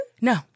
No